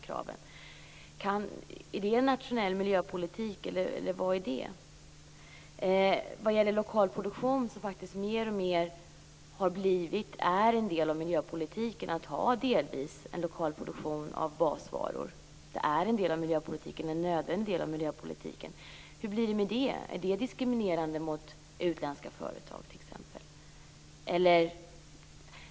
Är det en nationell miljöpolitik, eller vad är det? Att ha en lokal produktion av basvaror har mer och mer blivit en nödvändig del av miljöpolitiken. Hur blir det med detta? Är det diskriminerande mot utländska företag t.ex.?